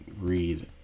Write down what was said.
read